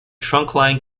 trunkline